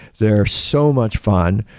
they're so much fun.